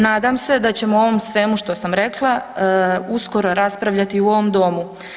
Nadam se da ćemo o ovom svemu što sam rekla uskoro raspravljati u ovom domu.